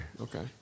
Okay